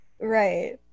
Right